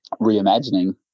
reimagining